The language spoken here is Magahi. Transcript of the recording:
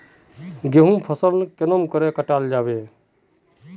गहुम फसल कीड़े कटाल जाबे?